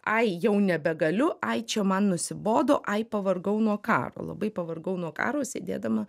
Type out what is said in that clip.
ai jau nebegaliu ai čia man nusibodo ai pavargau nuo karo labai pavargau nuo karo sėdėdama